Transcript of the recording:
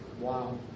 Wow